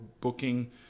booking